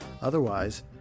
Otherwise